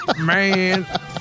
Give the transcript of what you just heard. Man